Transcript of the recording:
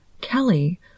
Kelly